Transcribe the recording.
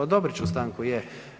Odobrit ću stanku, je.